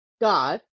God